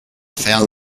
found